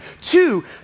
Two